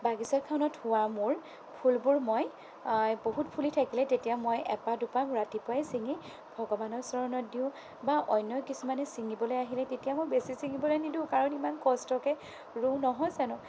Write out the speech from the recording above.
বাগিচাখনত হোৱা ফুলবোৰ মই বহুত ফুলি থাকিলে তেতিয়া মই এপাহ দুপাহ ৰাতিপুৱাই চিঙি ভগৱানৰ চৰণত দিওঁ বা অন্য কিছুমানে চিঙিবলৈ আহিলে তেতিয়া মই বেছি চিঙিবলৈ নিদিওঁ কাৰণ ইমান কষ্টকৈ ৰুওঁ নহয় জানোঁ